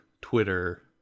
Twitter